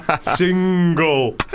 single